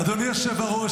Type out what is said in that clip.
אדוני היושב-ראש,